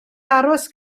aros